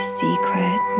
secret